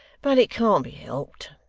but it can't be helped.